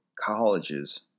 College's